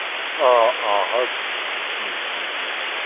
ꯑꯣ ꯑꯣ ꯎꯝ ꯎꯝ